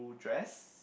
dress